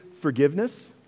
forgiveness